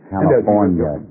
California